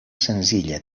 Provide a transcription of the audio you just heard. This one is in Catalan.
senzilla